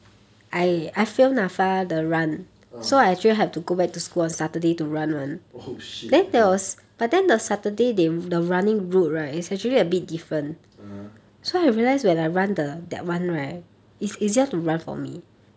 ah oh shit okay (uh huh)